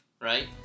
right